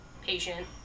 patient